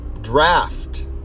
draft